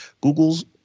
Google's